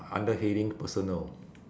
under heading personal